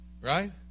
Right